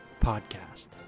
podcast